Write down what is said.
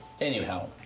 Anyhow